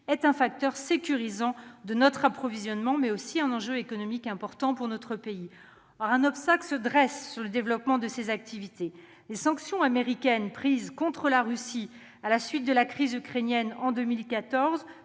est un facteur sécurisant pour notre approvisionnement, mais aussi un enjeu économique important pour notre pays. Or un obstacle se dresse quant au développement de ces activités : je veux parler des sanctions américaines prises contre la Russie à la suite de la crise ukrainienne en 2014,